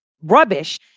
rubbish